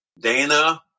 Dana